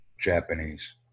Japanese